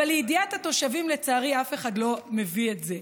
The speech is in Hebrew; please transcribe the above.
אבל לידיעת התושבים, לצערי, אף אחד לא מביא את זה.